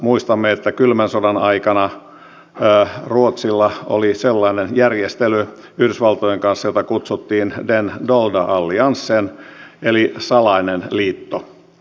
muistamme että kylmän sodan aikana ruotsilla oli sellainen järjestely yhdysvaltojen kanssa jota kutsuttiin nimellä den dolda alliansen eli salainen liitto